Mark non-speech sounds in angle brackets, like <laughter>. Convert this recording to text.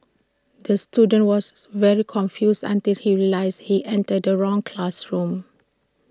the student was <noise> very confused until he realised he entered the wrong classroom